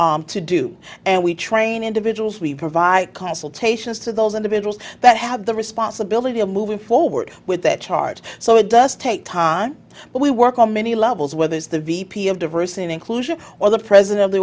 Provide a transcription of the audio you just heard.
to do and we train individuals we provide consultations to those individuals that have the responsibility of moving forward with that chart so it does take time but we work on many levels whether it's the v p of diversity and inclusion or the president of the